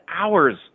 hours